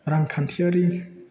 रांखान्थियारि